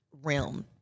realm